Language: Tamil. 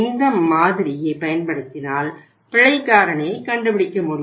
இந்த மாதிரியை பயன்படுத்தினால் பிழை காரணியை கண்டுபிடிக்க முடியும்